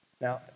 Now